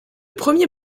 premier